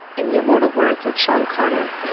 in the immortal words of sean carter